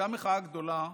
הייתה מחאה גדולה.